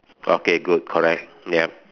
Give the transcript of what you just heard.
okay good correct ya